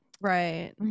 right